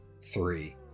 three